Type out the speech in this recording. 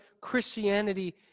Christianity